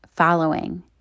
following